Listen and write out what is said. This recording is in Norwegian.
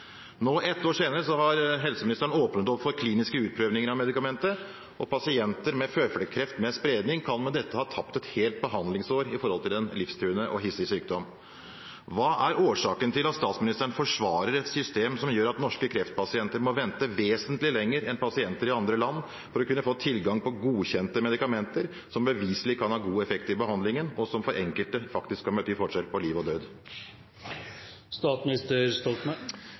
Nå, ett år senere, har helseministeren åpnet opp for kliniske utprøvninger av medikamentet. Pasienter med føflekkreft med spredning kan med dette ha tapt et helt behandlingsår i kampen mot en livstruende og hissig sykdom. Hva er årsaken til at statsministeren forsvarer et system som gjør at norske kreftpasienter må vente vesentlig lenger enn pasienter i andre land for å få tilgang på godkjente medikamenter som beviselig kan ha god effekt i behandlingen, og som for enkelte faktisk kan bety forskjellen mellom liv og død?